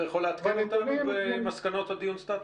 אתה יכול לעדכן אותנו במסקנות דיון הסטטוס?